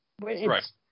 Right